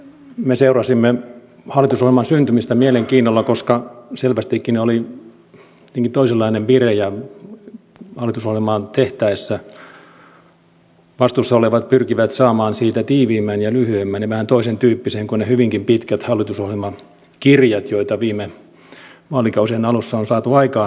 me seurasimme hallitusohjelman syntymistä mielenkiinnolla koska selvästikin oli jotenkin toisenlainen vire ja hallitusohjelmaa tehtäessä vastuussa olevat pyrkivät saamaan siitä tiiviimmän ja lyhyemmän ja vähän toisentyyppisen kuin ne hyvinkin pitkät hallitusohjelmakirjat joita viime vaalikausien alussa on saatu aikaan